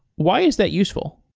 why is that useful?